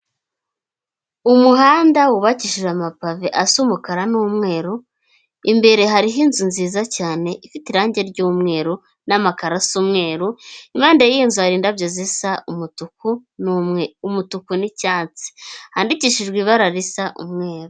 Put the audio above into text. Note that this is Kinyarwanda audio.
Umuhanda wubakishije amapave asa umukara n'umweru, imbere hariho inzu nziza cyane ifite irangi ry'umweru n'amakaro asa umweru, impande y'iyo nzu hari indabyo zisa umutuku n'icyatsi, handikishijwe ibara risa umweru.